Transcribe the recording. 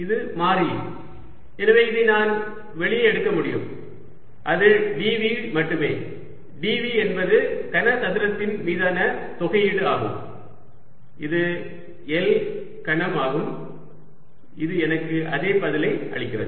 இது மாறிலி எனவே இதை நான் வெளியே எடுக்க முடியும் அது dv மட்டுமே dv என்பது கனசதுரத்தின் மீதான தொகையீடு ஆகும் இது L கனம் ஆகும் இது எனக்கு அதே பதிலை அளிக்கிறது